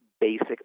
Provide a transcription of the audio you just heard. basic